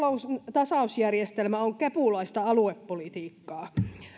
tasausjärjestelmä on kepulaista aluepolitiikkaa